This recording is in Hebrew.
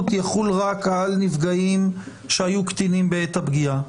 יחול רק על נפגעים שהיו קטינים בעת הפגיעה.